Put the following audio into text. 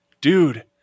Dude